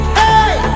hey